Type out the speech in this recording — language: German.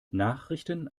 nachrichten